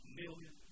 million